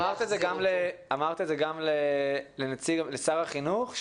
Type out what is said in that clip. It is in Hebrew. אמרת את זה גם לשר החינוך,